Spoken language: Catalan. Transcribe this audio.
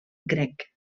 grec